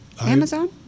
Amazon